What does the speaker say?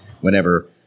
Whenever